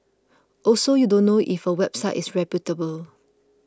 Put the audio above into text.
also you don't know if a website is reputable